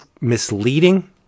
misleading